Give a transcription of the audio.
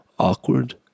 Awkward